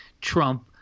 trump